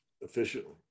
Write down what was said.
efficiently